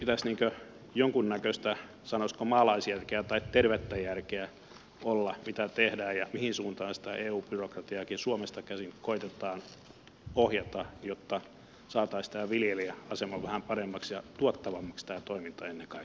siinä pitäisi jonkunnäköistä sanoisiko maalaisjärkeä tai tervettä järkeä olla mitä tehdään ja mihin suuntaan sitä eu byrokratiaakin suomesta käsin koetetaan ohjata jotta saataisiin tämä viljelijän asema vähän paremmaksi ja ennen kaikkea tämä toiminta tuottavammaksi